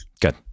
Good